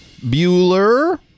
Bueller